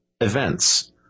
events